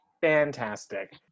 fantastic